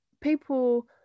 people